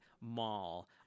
mall